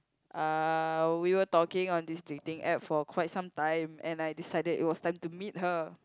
uh we were talking on this dating app for quite some time and I decided it was time to meet her